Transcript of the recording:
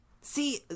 See